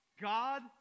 God